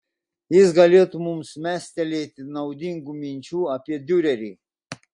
jis galėtų mums mestelėti naudingų minčių apie diurerį